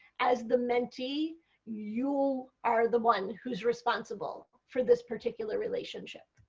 as the mentee you are the one who is responsible for this particular relationship.